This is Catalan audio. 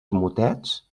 motets